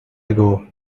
ago